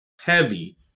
heavy